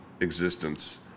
existence